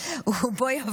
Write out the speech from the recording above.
זה לא קיים?